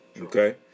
Okay